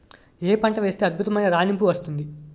ఏ పంట వేస్తే అద్భుతమైన రాణింపు వస్తుంది?